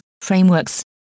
frameworks